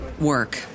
work